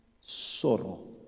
sorrow